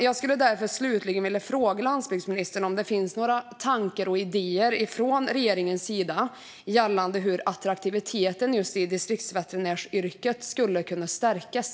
Jag skulle därför slutligen vilja fråga landsbygdsministern om det finns några tankar eller idéer från regeringens sida när det gäller hur attraktiviteten i distriktsveterinäryrket skulle kunna stärkas.